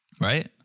Right